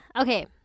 Okay